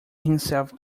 himself